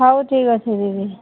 ହଉ ଠିକ୍ ଅଛି ଦିଦି